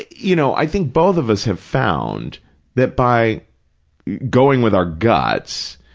you know, i think both of us have found that by going with our guts,